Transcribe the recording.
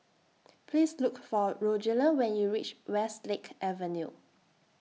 Please Look For Rogelio when YOU REACH Westlake Avenue